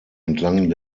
entlang